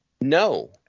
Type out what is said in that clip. no